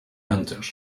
hunters